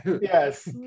Yes